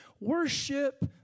worship